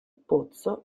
pozzo